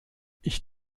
ich